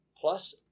Plus